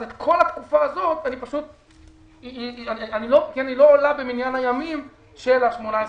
אז כל התקופה הזאת לא עולה במניין הימים של ה-18 חודשים.